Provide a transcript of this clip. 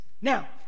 Now